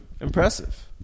Impressive